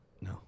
No